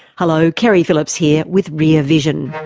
hello, keri phillips here with rear vision.